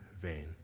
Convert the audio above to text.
vain